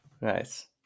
Nice